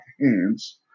hands